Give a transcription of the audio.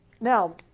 Now